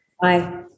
Bye